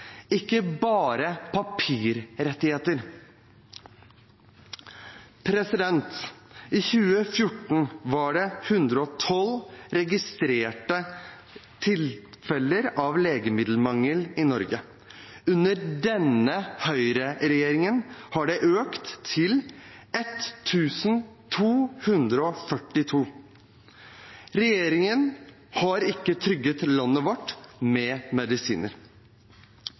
ikke bare papirrettigheter. I 2014 var det 112 registrerte tilfeller av legemiddelmangel i Norge. Under denne høyreregjeringen har det økt til 1 242. Regjeringen har ikke trygget landet vårt med medisiner.